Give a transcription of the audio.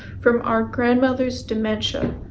from our grandmother's dementia,